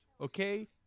Okay